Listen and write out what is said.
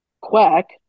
quack